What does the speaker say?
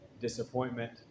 disappointment